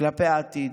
כלפי העתיד: